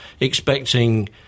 expecting